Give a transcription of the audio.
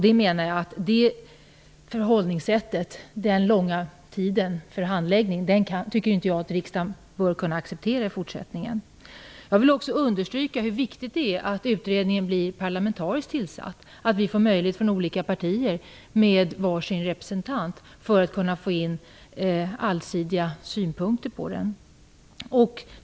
Det förhållningssättet och den långa handläggningstiden tycker jag inte att riksdagen bör kunna acceptera i fortsättningen. Jag vill också understryka att det är viktigt att utredningen blir parlamentariskt tillsatt, att vi från olika partier kan tillsätta var sin representant så att det blir en allsidig belysning.